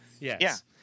Yes